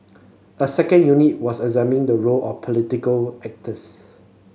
a second unit was examining the role of political actors